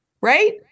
Right